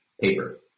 paper